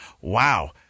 wow